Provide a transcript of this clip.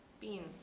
beans